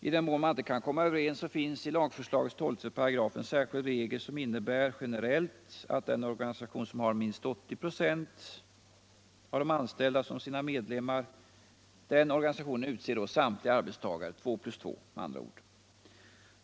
I den mån man inte kan komma överens finns i lagförslaget 12 § en särskild regel, som innebär generellt att den organisation som har minst 80 ?6 av de anställda som sina medlemmar utser samtliga arbetstagarrepresentanter, dvs. två plus två.